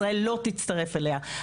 ישראל לא תצטרף אליה.